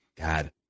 God